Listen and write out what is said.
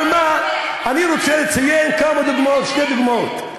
אבל אני רוצה לציין שתי דוגמאות: